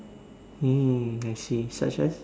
hmm I see such as